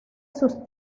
sus